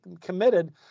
committed